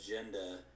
agenda